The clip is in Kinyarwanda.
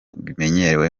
bimenyerewe